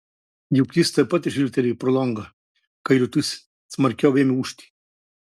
juk jis taip pat žvilgtelėjo pro langą kai liūtis smarkiau ėmė ūžti